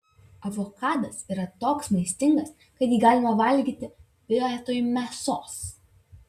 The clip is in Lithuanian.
avokadas yra toks maistingas kad jį galima valgyti vietoj mėsos